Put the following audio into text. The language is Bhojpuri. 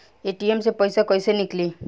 ए.टी.एम से पैसा कैसे नीकली?